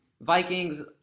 Vikings